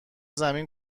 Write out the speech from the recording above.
زمین